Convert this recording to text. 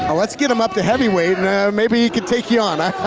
and let's get him up to heavyweight and maybe he could take you on.